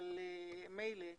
אבל מילא,